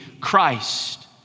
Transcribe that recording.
Christ